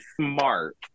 smart